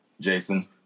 Jason